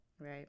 Right